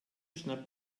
schnapp